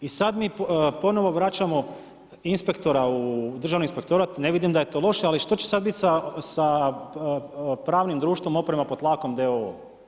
I sada mi ponovno vraćamo inspektora u Državni inspektorat, ne vidim da je to loše, ali što će sada biti sa pravnim društvom oprema pod tlakom d.o.o.